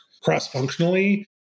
cross-functionally